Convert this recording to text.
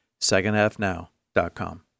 secondhalfnow.com